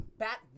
bat